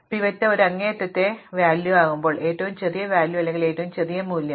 pivot ഒരു അങ്ങേയറ്റത്തെ മൂല്യമാകുമ്പോൾ ഏറ്റവും ചെറിയ മൂല്യം അല്ലെങ്കിൽ ഏറ്റവും ചെറിയ മൂല്യം